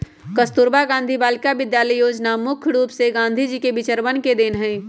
कस्तूरबा गांधी बालिका विद्यालय योजना मुख्य रूप से गांधी जी के विचरवन के देन हई